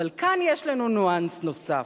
אבל כאן יש לנו ניואנס נוסף: